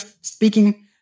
Speaking